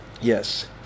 Yes